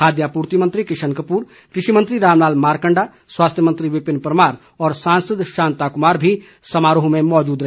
खाद्य आपूर्ति मंत्री किशन कपूर कृषि मंत्री रामलाल मारकण्डा स्वास्थ्य मंत्री विपिन परमार और सांसद शांता कुमार भी समारोह में मौजूद रहे